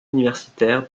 universitaire